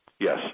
Yes